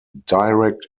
direct